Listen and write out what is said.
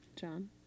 John